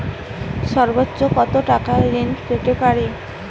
সর্বোচ্চ কত টাকা ঋণ পেতে পারি?